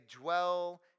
dwell